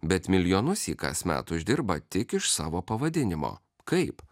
bet milijonus ji kasmet uždirba tik iš savo pavadinimo kaip